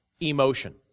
emotion